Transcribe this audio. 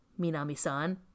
Minami-san